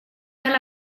cal